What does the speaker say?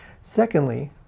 Secondly